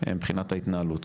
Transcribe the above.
מבחינת ההתנהלות.